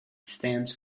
stands